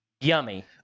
yummy